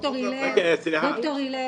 ד"ר שמריהו,